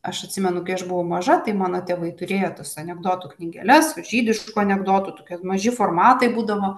aš atsimenu kai aš buvau maža tai mano tėvai turėjo tas anekdotų knygeles žydiškų anekdotų tokie maži formatai būdavo